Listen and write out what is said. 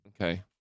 Okay